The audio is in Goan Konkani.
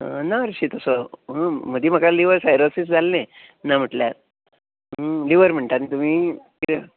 ना हरशीं तसो मदीं म्हाका लिवर सायरोसीस जाल्ले ना म्हटल्यार लिवर म्हणटात न्ही तुमी कितें